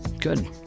Good